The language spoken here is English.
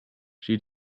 she